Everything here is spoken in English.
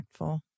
impactful